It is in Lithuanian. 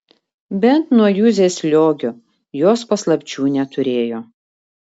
bent nuo juzės liogio jos paslapčių neturėjo